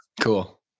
Cool